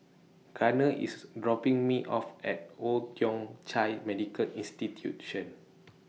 Garner IS dropping Me off At Old Thong Chai Medical Institution